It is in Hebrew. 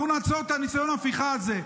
אנחנו נעצור את ניסיון ההפיכה הזה.